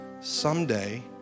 Someday